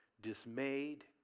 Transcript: dismayed